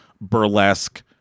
burlesque